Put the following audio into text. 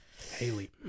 Haley